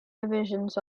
divisions